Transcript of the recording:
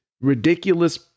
ridiculous